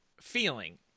feeling